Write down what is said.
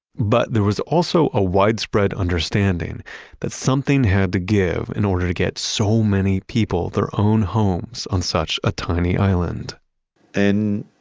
but there was also a widespread understanding that something had to give in order to get so many people their own homes on such a tiny island